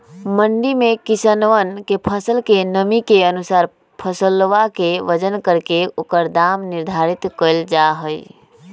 मंडी में किसनवन के फसल के नमी के अनुसार फसलवा के वजन करके ओकर दाम निर्धारित कइल जाहई